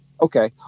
okay